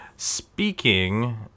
Speaking